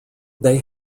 they